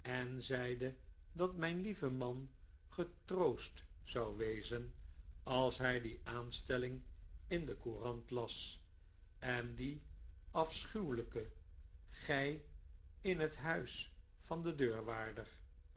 en zeide dat mijn lieve man getroost zou wezen als hij die aanstelling in de courant las in die afschuwelijke gij in het huis van den deurwaarder